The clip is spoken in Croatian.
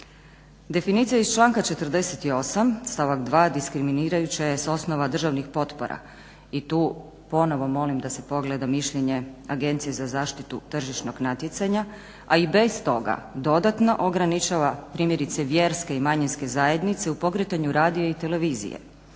Definicija iz članka 48. stavak 2. diskriminirajuća je s osnova državnih potpora i tu ponovo molim da se pogleda mišljenje Agencije za zaštitu tržišnog natjecanja, a i bez toga dodatno ograničava primjerice vjerske i manjinske zajednice u pokretanju radija i televizije.